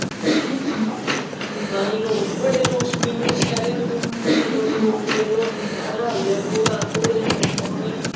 ताइयै लोक बडे़ लोक शकीन होंदे शैहरें बिच बडे़ बडे़ लोक होंदे रक्खे दे घोड़ा घोडे़ इनें उनें गी